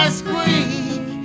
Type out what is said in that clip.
squeak